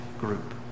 group